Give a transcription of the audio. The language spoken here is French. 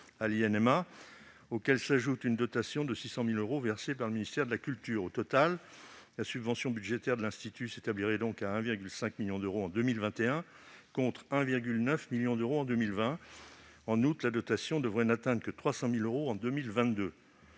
à l'INMA, auxquels s'ajoute une dotation de 600 000 euros versée par le ministère de la culture. Au total, la subvention budgétaire de l'Institut s'établirait donc à 1,5 million d'euros en 2021, contre 1,9 million en 2020. En outre, la dotation devrait n'atteindre que 300 000 euros en 2022,